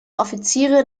offiziere